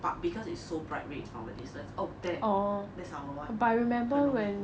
but because it's so bright red from a distance oh there that is our [one] 很容易